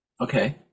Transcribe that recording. Okay